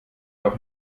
doch